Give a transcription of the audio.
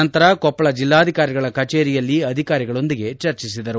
ನಂತರ ಕೊಪ್ಪಳ ಜಿಲ್ಲಾಧಿಕಾರಿಗಳ ಕಚೇರಿಯಲ್ಲಿ ಅಧಿಕಾರಿಗಳೊಂದಿಗೆ ಚರ್ಚಿಸಿದರು